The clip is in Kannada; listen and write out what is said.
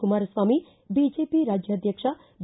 ಕುಮಾರಸ್ವಾಮಿ ಬಿಜೆಪಿ ರಾಜ್ವಾಧ್ಯಕ್ಷ ಬಿ